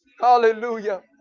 Hallelujah